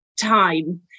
time